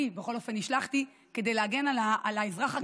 אני בכל אופן נשלחתי כדי להגן על האזרח הקטן,